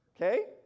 okay